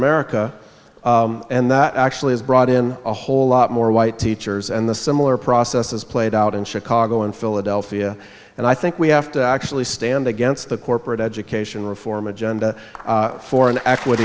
america and that actually has brought in a whole lot more white teachers and the similar process has played out in chicago and philadelphia and i think we have to actually stand against the corporate education reform agenda for an equ